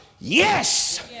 Yes